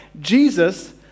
Jesus